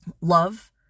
love